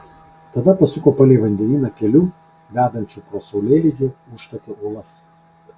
tada pasuko palei vandenyną keliu vedančiu pro saulėlydžio užtakio uolas